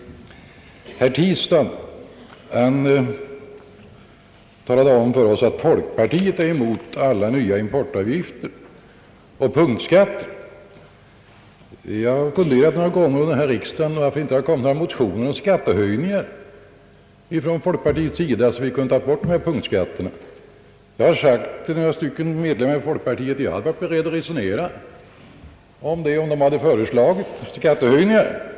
Herr Tistad talade om för oss, att folkpartiet är emot alla nya importavgifter och punktskatter. Jag har några gånger under denna riksdag funderat över varför det inte från folkpartiet har kommit några motioner om skattehöjningar, så abt vi kunnat ta bort dessa punktskatter. Jag har sagt till några l1edamöter från folkpartiet att jag hade varit beredd att resonera om det, om de hade föreslagit skattehöjningar.